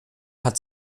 hat